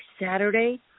Saturday